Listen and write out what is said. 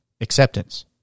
acceptance